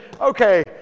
okay